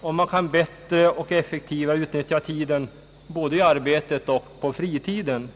och att man kan bättre och effektivare utnyttja tiden både i arbetet och på fritiden.